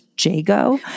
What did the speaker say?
Jago